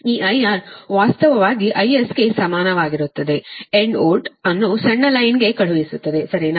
ಈ IR ವಾಸ್ತವವಾಗಿ IS ಗೆ ಸಮಾನವಾಗಿರುತ್ತದೆ ಎಂಡ್ ವೋಲ್ಟ್ ಅನ್ನು ಸಣ್ಣ ಲೈನ್ ಗೆ ಕಳುಹಿಸುತ್ತದೆ ಸರಿನಾ